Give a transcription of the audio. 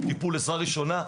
טיפול עזרה ראשונה,